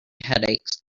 headaches